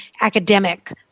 academic